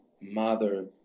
mother